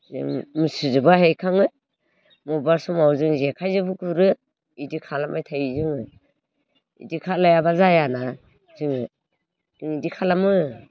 जों मुस्रिजोबो हायखाङो मबबा समाव जों जेखाइजोंबो गुरो बिदि खालामबाय थायो जोङो बिदि खालायाबा जाया ना जोङो जों बिदि खालामो